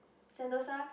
Sentosa